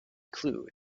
clue